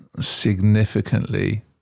significantly